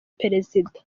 perezida